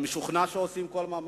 אני משוכנע שעושים כל מאמץ,